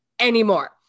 anymore